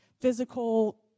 physical